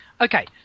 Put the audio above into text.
Okay